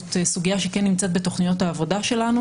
זאת סוגייה שכן נמצאת בתוכניות העבודה שלנו.